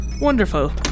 Wonderful